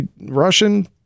Russian